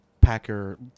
Packer